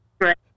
Right